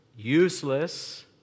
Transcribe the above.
Useless